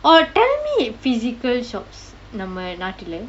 or tell me if physical shops நம்ம நாட்டுல:namma naattula